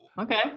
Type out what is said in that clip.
Okay